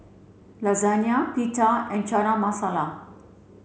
Lasagna Pita and Chana Masala